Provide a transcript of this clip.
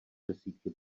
desítky